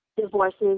divorces